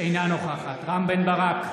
אינה נוכחת רם בן ברק,